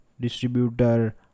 distributor